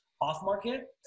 off-market